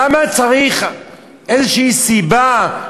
למה צריך איזו סיבה,